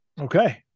Okay